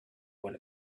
one